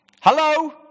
Hello